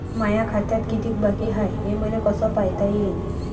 माया खात्यात कितीक बाकी हाय, हे मले कस पायता येईन?